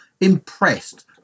impressed